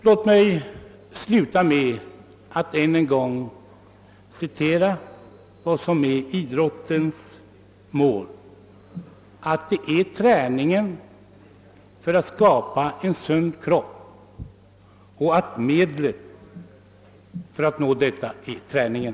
Låt mig sluta med att än en gång erinra om vad som är idrottens mål: det är träningen för att skapa en sund kropp, och medlet för att nå detta är tävlingen.